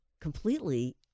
Completely